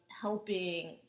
helping